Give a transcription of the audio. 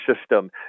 system